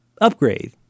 Upgrade